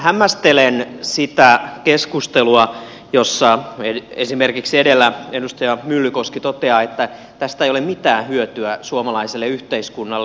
hämmästelen sitä keskustelua jossa esimerkiksi edellä edustaja myllykoski toteaa että tästä ei ole mitään hyötyä suomalaiselle yhteiskunnalle